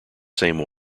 same